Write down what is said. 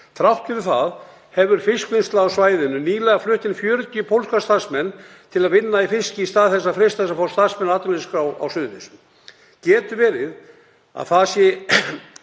Þrátt fyrir það hefur fiskvinnsla á svæðinu nýlega flutt inn 40 pólska starfsmenn til að vinna fisk í stað þess að freista þess að fá starfsmenn á atvinnuleysisskrá á Suðurnesjum. Getur verið að það sé